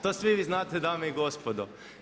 To svi vi znate dame i gospodo.